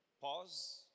pause